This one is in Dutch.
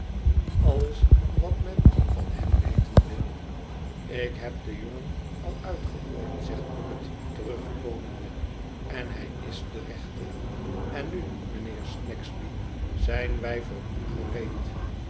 alles wat men van hem weten wil ik heb den jongen al uitgehoord zegt bucket terugkomende en hij is de rechte en nu mijnheer snagsby zijn wij voor u gereed